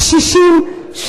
קשישים,